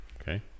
okay